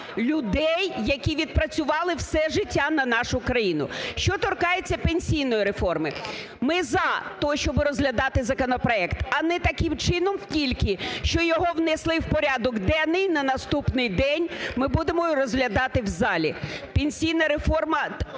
людей, які відпрацювали все життя на нашу країну. Що торкається пенсійної реформи. Ми за те, щоб розглядати законопроект, а не таким чином тільки, що його внесли в порядок денний, на наступний день ми будемо його розглядати в залі. Пенсійна реформа